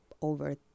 over